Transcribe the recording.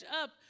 up